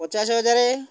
ପଚାଶ ହଜାର